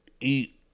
eat